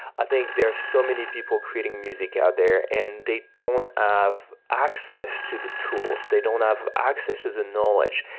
i think there are so many people creating music out there and they don't have access to the tools. they don't have access to the knowledge.